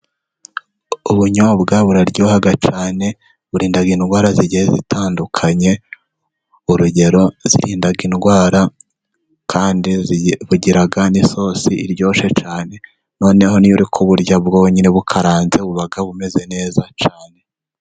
Ubunyobwa buraryoha cyane burinda indwara zigiye zitandukanye, urugero burinda indwara, kandi bugira n'isosi iryoshye cyane, noneho niyo uri kuburya bwonyine bukaranze buba bumeze neza cyane.